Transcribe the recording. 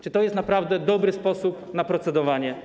Czy to jest naprawdę dobry sposób na procedowanie?